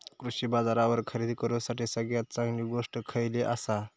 कृषी बाजारावर खरेदी करूसाठी सगळ्यात चांगली गोष्ट खैयली आसा?